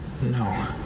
No